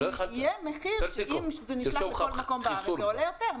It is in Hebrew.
אם זה נשלח לכל מקום בארץ זה עולה יותר,